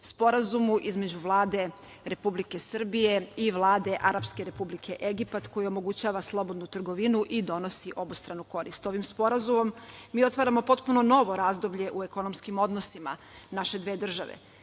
Sporazumu između Vlade Republike Srbije i Vlade Arapske Republike Egipat koji omogućava slobodnu trgovinu i donosi obostranu korist. Ovim sporazumom mi otvaramo potpuno novo razdoblje u ekonomskim odnosima naše dve države.